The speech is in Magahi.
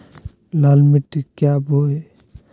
लाल मिट्टी क्या बोए?